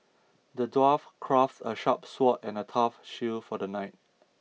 the dwarf craft a sharp sword and a tough shield for the knight